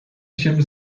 się